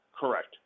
Correct